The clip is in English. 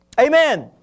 Amen